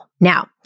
Now